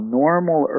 normal